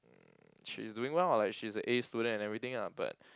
she's doing well like she's a A student and everything ah but